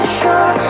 sure